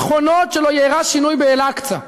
והביטחונות שלא יארע שינוי באל-אקצא.